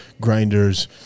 Grinders